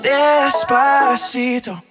Despacito